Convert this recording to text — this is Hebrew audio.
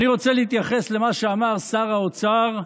אני רוצה להתייחס למה שאמר שר האוצר,